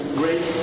great